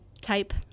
type